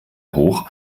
hoch